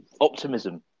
Optimism